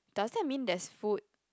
does that mean there's food